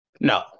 No